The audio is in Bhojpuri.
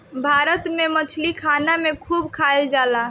भारत में मछरी खाना में खूब खाएल जाला